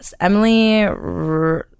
Emily